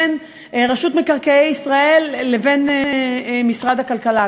בין רשות מקרקעי ישראל לבין משרד הכלכלה.